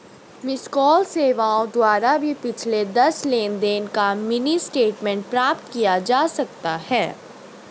miss call सेवाओं द्वारा भी पिछले दस लेनदेन का मिनी स्टेटमेंट प्राप्त किया जा सकता है